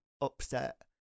upset